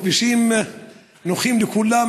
כבישים נוחים לכולם,